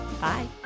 Bye